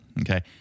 Okay